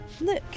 Look